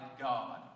God